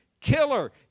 killer